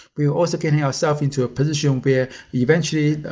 we were also getting our self into a position where eventually,